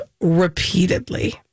repeatedly